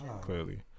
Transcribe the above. clearly